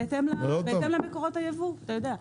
בהתאם למקורות הייבוא, אתה יודע.